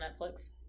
netflix